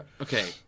Okay